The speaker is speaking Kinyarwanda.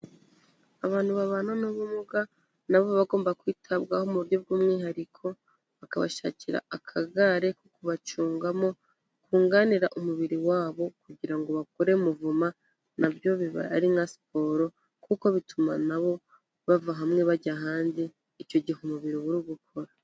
Abantu babana n'ubumuga, nabo bagomba kwitabwaho mu buryo by'umwihariko, bakabashakira akagare ko kubacungamo kunganira umubiri wabo, kugira ngo bakore muvoma, nabyo biba ari nka siporo, kuko bituma nabo bava hamwe bajya ahandi, icyo gihe umubiri uba uri gukora.